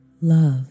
love